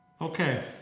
Okay